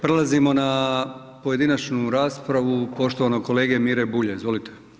Prelazimo na pojedinačnu raspravu poštovanog kolege Mire Bulja, izvolite.